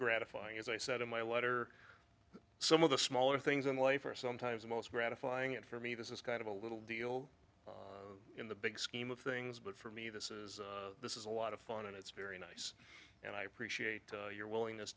gratifying as i said in my letter some of the smaller things in life are sometimes the most gratifying it for me this is kind of a little deal in the big scheme of things but for me this is this is a lot of fun and it's very nice and i appreciate your willingness